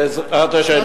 בעזרת השם.